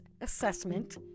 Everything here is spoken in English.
assessment